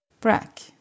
brack